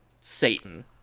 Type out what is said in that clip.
Satan